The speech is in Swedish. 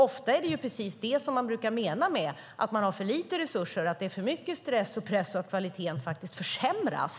Ofta är det precis det som man brukar mena när man talar om att man har för lite resurser och att det är för mycket stress och press och att kvaliteten faktiskt försämras.